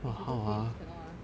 if you don't finish also cannot ah